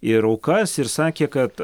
ir aukas ir sakė kad